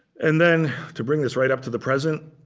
and then to bring us right up to the present,